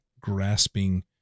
grasping